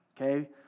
Okay